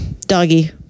doggy